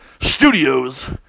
studios